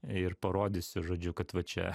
ir parodysiu žodžiu kad va čia